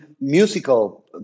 musical